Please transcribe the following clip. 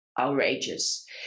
Outrageous